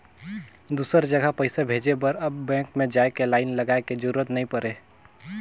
दुसर जघा पइसा भेजे बर अब बेंक में जाए के लाईन लगाए के जरूरत नइ पुरे